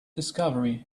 discovery